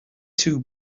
two